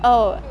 oh